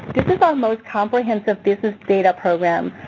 this is our most comprehensive business data program.